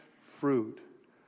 fruit